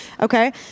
Okay